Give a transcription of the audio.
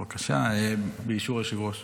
בבקשה, באישור היושב-ראש.